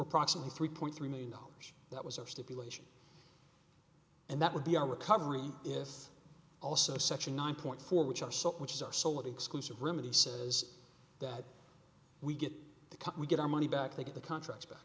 approximately three point three million dollars that was our stipulation and that would be our recovery if also section nine point four which are so which is our sole exclusive remedy says that we get the cut we get our money back they get the contracts b